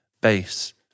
base